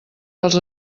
dels